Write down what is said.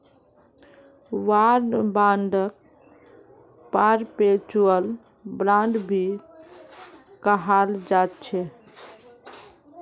war बांडक perpetual bond भी कहाल जाछे